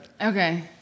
Okay